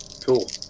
Cool